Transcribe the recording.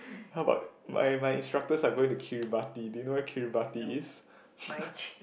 how about my my instructors are going to Kiribati do you know where Kiribati is